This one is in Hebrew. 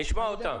נשמע אותם.